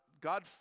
God